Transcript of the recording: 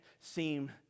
seem